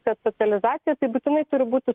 kad socializacija tai būtinai turi būti